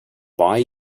buy